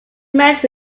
met